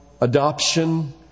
adoption